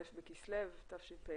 א' בכסלו תשפ"א,